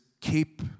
keep